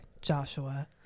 Joshua